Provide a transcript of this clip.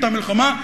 את המלחמה,